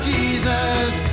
Jesus